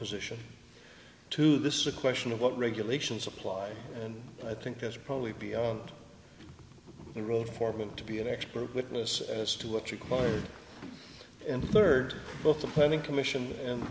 position to this is a question of what regulations apply and i think that's probably beyond the road for me to be an expert witness as to what's required in the third book the planning commission and